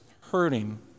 hurting